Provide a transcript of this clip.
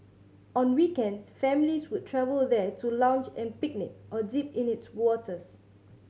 on weekends families would travel there to lounge and picnic or dip in its waters